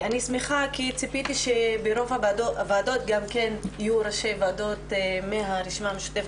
אני שמחה כי ציפיתי שברוב הוועדות יהיו ראשי ועדות מן הרשימה המשותפת,